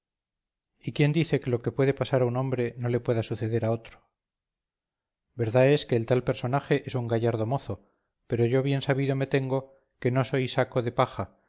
y quién dice que lo que puede pasar a un hombre no le pueda suceder a otro verdad es que el tal personaje es un gallardo mozo pero yo bien sabido me tengo que no soy saco de paja